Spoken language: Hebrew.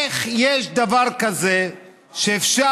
איך יש דבר כזה שאפשר,